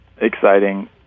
exciting